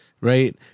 Right